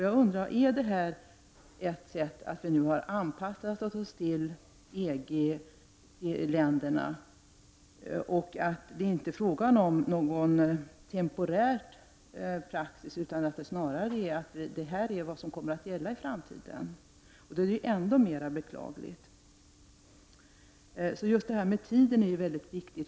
Jag undrar om det innebär att Sverige nu har anpassat sig till EG-länderna och att det inte är fråga om någon temporär praxis utan snarare att detta beslut kommer att gälla i framtiden? Då är detta beslut ännu mer beklagligt. Tidsfaktorn är mycket viktig.